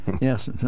Yes